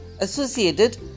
associated